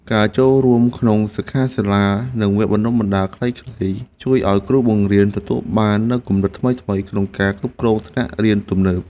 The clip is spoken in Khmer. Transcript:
ការចូលរួមក្នុងសិក្ខាសាលានិងវគ្គបណ្តុះបណ្តាលខ្លីៗជួយឱ្យគ្រូបង្រៀនទទួលបាននូវគំនិតថ្មីៗក្នុងការគ្រប់គ្រងថ្នាក់រៀនទំនើប។